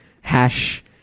hash